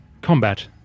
combat